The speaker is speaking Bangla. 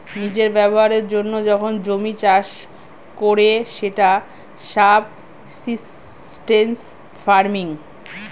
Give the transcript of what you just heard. নিজের ব্যবহারের জন্য যখন জমি চাষ করে সেটা সাবসিস্টেন্স ফার্মিং